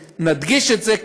נדגיש את זה,